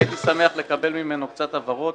והייתי שמח לקבל ממנו קצת הבהרות